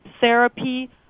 therapy